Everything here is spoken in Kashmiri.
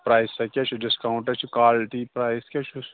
پرٛایس سا کیٛاہ چھُ ڈِسکاوُنٛٹا چھُ کالٹی پرٛایس کیٛاہ چھُس